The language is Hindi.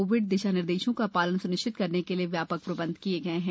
कोविड दिशा निर्देशों का ालन स्निश्चित करने के लिए व्या क प्रबंध किये गये हैं